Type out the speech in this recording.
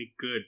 good